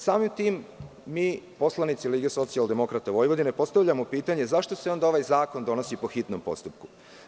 Samim tim, mi poslanici LSV postavljamo pitanje – zašto se onda ovaj zakon donosi po hitnom postupku?